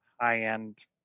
high-end